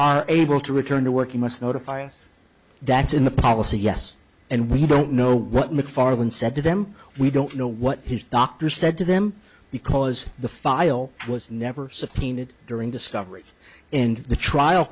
are able to return to work it must notify us that's in the policy yes and we don't know what macfarlane said to them we don't know what his doctor said to them because the file was never subpoenaed during discovery and the trial